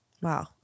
Wow